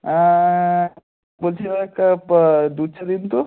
অ্যাঁ বলছি দাদাএক কাপ দুধ চা দিন তো